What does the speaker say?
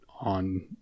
on